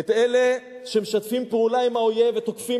את אלה שמשתפים פעולה עם האויב ותוקפים